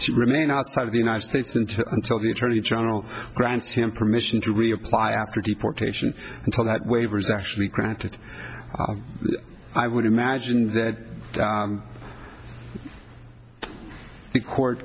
to remain outside of the united states until until the attorney general grants him permission to reapply after deportation until that waivers actually granted i would imagine that the court